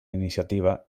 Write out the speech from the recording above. iniciativa